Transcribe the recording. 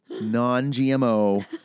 Non-GMO